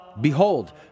Behold